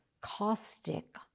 caustic